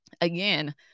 Again